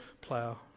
plough